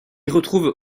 retrouve